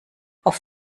auf